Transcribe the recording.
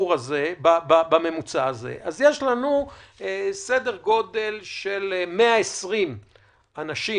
בממוצע הזה, יש סדר גודל של 120 אנשים,